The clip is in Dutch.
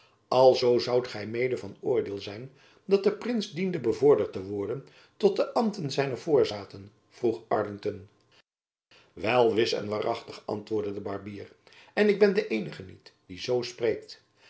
alzoo zoudt gy mede van oordeel zijn dat de prins diende bevorderd te worden tot de ambten zijner voorzaten vroeg arlington wel wis en waarachtig antwoordde de barbier en ik ben de eenige niet die zoo spreekt